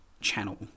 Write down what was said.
channel